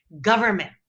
government